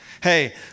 hey